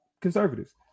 conservatives